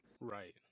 Right